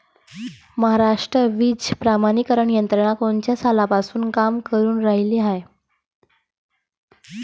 महाराष्ट्रात बीज प्रमानीकरण यंत्रना कोनच्या सालापासून काम करुन रायली हाये?